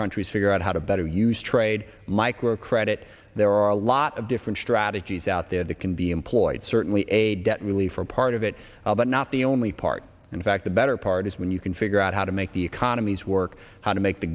countries figure out how to better use trade microcredit there are a lot of different strategies out there that can be employed certainly aid debt relief are part of it but not the only part in fact the better part is when you can figure out how to make the economies work how to make the